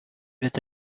with